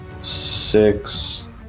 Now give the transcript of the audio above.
Six